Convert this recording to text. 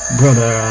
brother